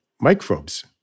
microbes